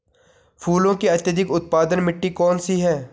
फूलों की अत्यधिक उत्पादन मिट्टी कौन सी है?